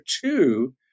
two